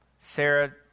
Sarah